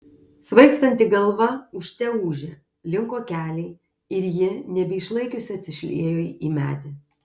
svaigstanti galva ūžte ūžė linko keliai ir ji nebeišlaikiusi atsišliejo į medį